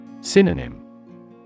Synonym